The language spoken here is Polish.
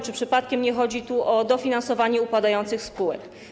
Czy przypadkiem nie chodzi tu o dofinansowanie upadających spółek?